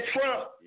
Trump